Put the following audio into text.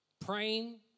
praying